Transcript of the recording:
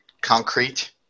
concrete